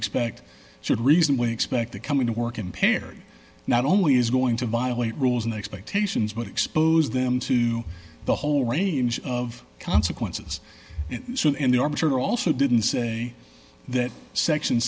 expect should reasonably expect to come into work and perry not only is going to violate rules and expectations but expose them to the whole range of consequences so in the orbiter also didn't say that section